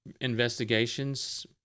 investigations